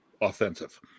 offensive